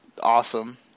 awesome